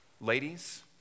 Ladies